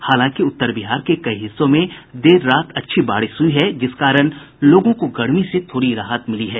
हालांकि उत्तर बिहार के कई हिस्सों में देर रात अच्छी बारिश हुई है जिस कारण लोगों को गर्मी से थोड़ी राहत मिली है